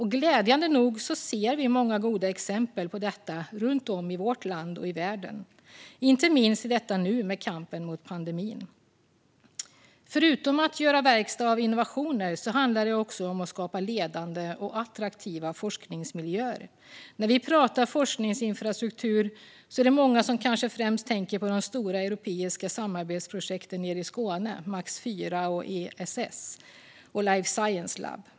Glädjande nog ser vi många goda exempel på detta runt om i vårt land och i världen, inte minst i detta nu med kampen mot pandemin. Förutom att göra verkstad av innovationer handlar det om att skapa ledande och attraktiva forskningsmiljöer. När vi pratar om forskningsinfrastruktur är det många som kanske främst tänker på de stora europeiska samarbetsprojekten nere i Skåne, MAX IV, ESS och Open Lab Skåne för life science.